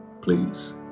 please